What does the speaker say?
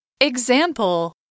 example